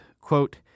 Quote